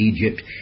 Egypt